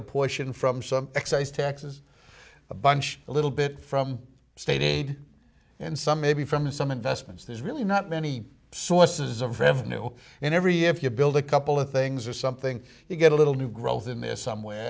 a portion from some excise taxes a bunch a little bit from state aid and some maybe from some investments there's really not many sources of revenue in every if you build a couple of things or something you get a little new growth in this somewhere